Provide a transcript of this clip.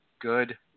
Good